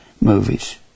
movies